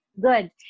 good